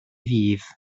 ddydd